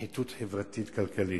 ונחיתות חברתית-כלכלית.